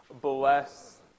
bless